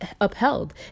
upheld